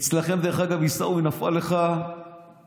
אצלכם, דרך אגב, עיסאווי, נפל לך פיס.